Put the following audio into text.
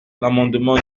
l’amendement